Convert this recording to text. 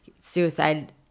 suicide